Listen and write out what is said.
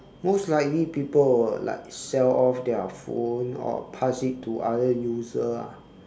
most likely people will like sell off their phone or pass it to other user ah